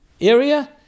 area